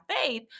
faith